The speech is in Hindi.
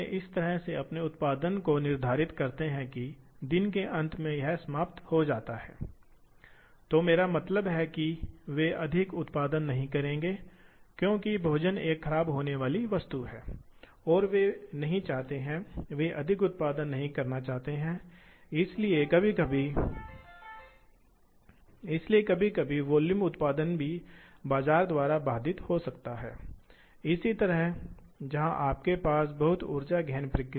यह समझने के लिए कि मूल लंबाई इकाई क्या है इसलिए मान लें कि शाफ्ट एनकोडर प्रति चक्कर 500 पुड़िया प्रति रोटेशन देता है दूसरी तरफ गेंद पेंच या गेंद पेंच पिच को 1 मिमी कहा जाता है इसलिए एक घुमाव 1 मिमी प्रगति 1 मिमी के बराबर है विस्थापन इसलिए अब शाफ्ट एनकोडर की एक नाड़ी 1500 मिमी 0002 मिमी दाएं के बराबर है इसलिए यह मूल लंबाई इकाई है यह विस्थापन की सबसे छोटी इकाई है यह सबसे छोटा विस्थापन है जो मशीन को इस बारे में पता होगा क्योंकि यह होगा एनकोडर की एक नाड़ी हो